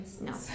No